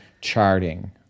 charting